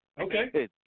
Okay